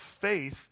faith